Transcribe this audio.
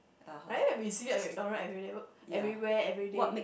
like that we see a McDonald everywhere everyday